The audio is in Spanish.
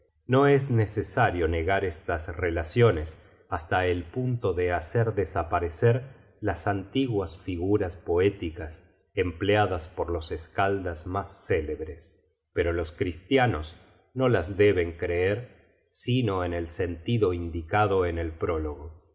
no es necesario negar estas relaciones hasta el punto de hacer desaparecer las antiguas figuras poéticas empleadas por los skaldas mas célebres pero los cristianos no las deben creer sino en el sentido indicado en el prólogo